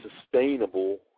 sustainable